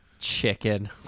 chicken